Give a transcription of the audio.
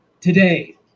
today